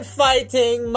fighting